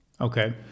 Okay